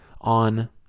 on